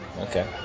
Okay